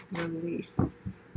Release